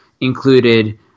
included